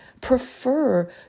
prefer